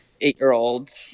eight-year-old